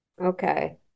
Okay